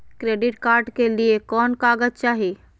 Credit card के लिए कौन कागज चाही?